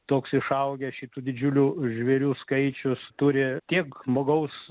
toks išaugęs šitų didžiulių žvėrių skaičius turi tiek žmogaus